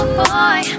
boy